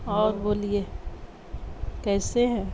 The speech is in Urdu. اور بولیے کیسے ہیں